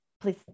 Please